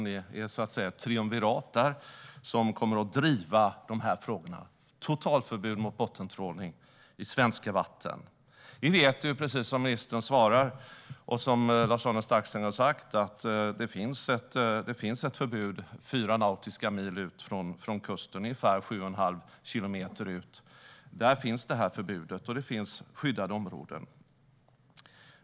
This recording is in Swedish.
Ni är så att säga ett triumvirat som kommer att driva frågan om totalförbud mot bottentrålning i svenska vatten. Vi vet, precis som ministern har svarat och som Lars-Arne Staxäng har sagt, att det finns ett förbud fyra nautiska mil ut från kusten - det är ungefär sju och en halv kilometer ut. Där finns det förbudet, och det finns skyddade områden.